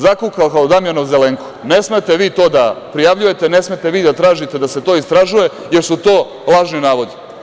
Zakukao kao Damjanov Zelenko - ne smete vi to da prijavljujete, ne smete vi da tražite da se to istražuje, jer su to lažni navodi.